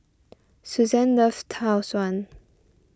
Suzanne loves Tau Suan